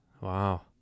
Wow